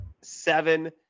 seven